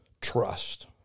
trust